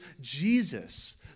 Jesus